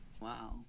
Wow